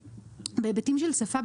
בהיבטים של שפה,